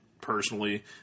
personally